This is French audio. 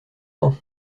tant